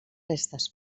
restes